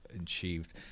achieved